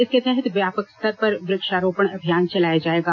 इसके तहत व्यापक स्तर पर वृक्षारोपण अभियान चलाया जाएगा